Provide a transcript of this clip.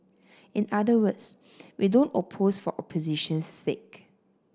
in other words we don't oppose for opposition's sake